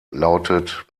lautet